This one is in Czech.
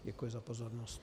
Děkuji za pozornost.